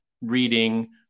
reading